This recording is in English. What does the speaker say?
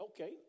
okay